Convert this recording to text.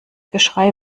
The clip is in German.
geschrei